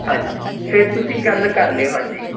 ਹਾਂਜੀ ਫਿਰ ਤੁਸੀਂ ਗੱਲ ਕਰ ਲਿਓ ਹਾਂਜੀ